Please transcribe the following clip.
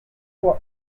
for